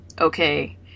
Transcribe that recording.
okay